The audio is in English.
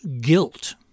guilt